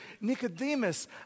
Nicodemus